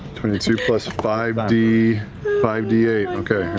twenty two plus five d five d eight, okay.